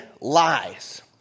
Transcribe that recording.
lies